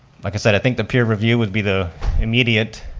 like i said, i think the peer review would be the immediate,